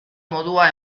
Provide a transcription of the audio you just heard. modua